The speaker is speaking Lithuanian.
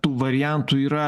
tų variantų yra